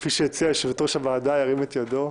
כפי שהציעה יושבת-ראש הוועדה ירים את ידו?